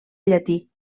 llatí